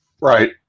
Right